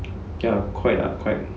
ya quite ah quite